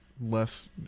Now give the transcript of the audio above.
less